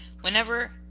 whenever